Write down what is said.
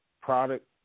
product